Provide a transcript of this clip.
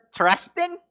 trusting